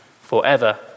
forever